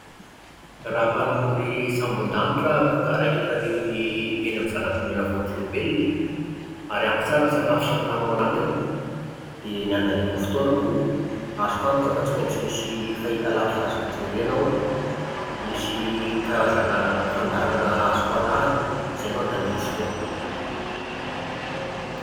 Raha mpanamory sambon-danitra ah-ako ka raikitra irery eny amin'ny zanabolana voatr'olombelona, ary ampy tsara ny sakafo sy ny rano ao anatiny, dia ny andaniako ny fotoanako, azoko antoka fa tsy maintsy misy fahitalavitra azoko jerena ao, misy karazana fandaharana azoko arahana. Izay no andaniako fotoana.